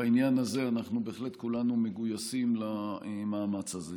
בעניין הזה כולנו בהחלט מגויסים למאמץ הזה.